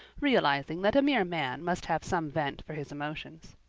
realizing that a mere man must have some vent for his emotions.